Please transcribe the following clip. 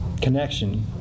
connection